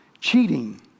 cheating